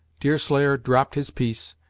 deerslayer dropped his piece,